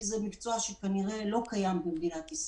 כי זה מקצוע שלא קיים במדינת ישראל.